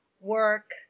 work